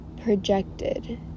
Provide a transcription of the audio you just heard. projected